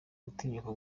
gutinyuka